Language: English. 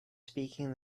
speaking